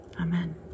Amen